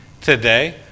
today